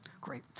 Great